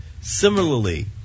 Similarly